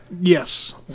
yes